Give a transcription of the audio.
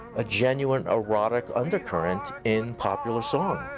a genuine erotic undercurrent in popular song.